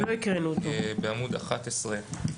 הוא בעמוד 11,